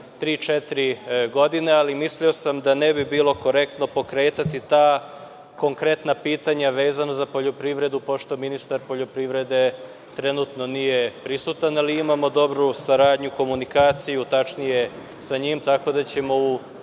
godine, ali mislio sam da ne bi bilo korektno pokretati ta pitanja vezana za poljoprivredu pošto ministar poljoprivrede trenutno nije prisutan, a imamo dobru saradnju, komunikaciju sa njim, tako da ćemo u